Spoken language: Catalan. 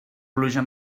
pluja